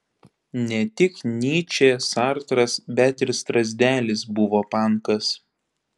ne tik nyčė sartras bet ir strazdelis buvo pankas